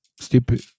Stupid